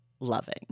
loving